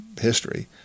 history